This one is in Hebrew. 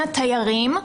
תיירים,